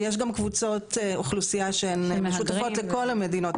ויש גם קבוצות אוכלוסייה שהן משותפות לכל המדינות,